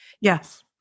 Yes